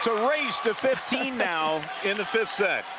so race to fifteen now in the fifth set.